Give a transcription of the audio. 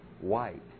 white